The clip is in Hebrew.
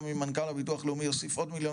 גם אם מנכ"ל הביטוח לאומי יוסיף עוד מליון